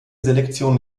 selektion